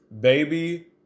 Baby